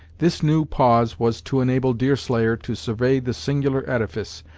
this new pause was to enable deerslayer to survey the singular edifice,